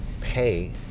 pay